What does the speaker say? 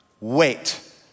Wait